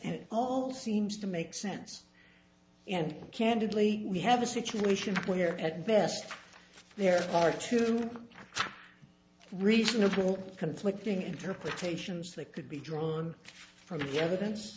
and it all seems to make sense and candidly we have a situation where at best there are two reasonable conflicting interpretations that could be drawn from the evidence